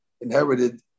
Inherited